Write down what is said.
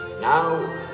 Now